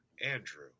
Andrew